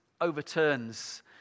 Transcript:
overturns